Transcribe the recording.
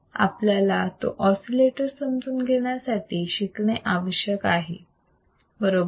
आपल्याला तो ऑसिलेटर समजून घेण्यासाठी शिकणे आवश्यक आहे बरोबर